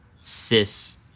cis